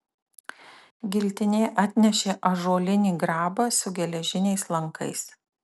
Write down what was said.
giltinė atnešė ąžuolinį grabą su geležiniais lankais